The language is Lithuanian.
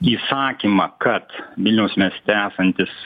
įsakymą kad vilniaus mieste esantis